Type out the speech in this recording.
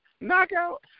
knockout